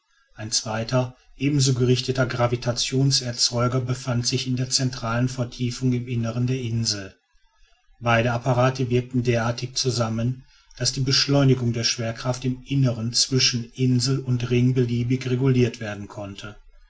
ein zweiter ebenso eingerichteter gravitationserzeuger befand sich in der zentralen vertiefung im inneren der insel beide apparate wirkten derartig zusammen daß die beschleunigung der schwerkraft im inneren zwischen insel und ring beliebig reguliert werden konnte